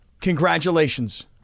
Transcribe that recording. Congratulations